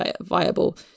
viable